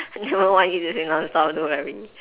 no I didn't swim non stop don't worry